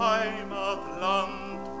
Heimatland